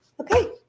okay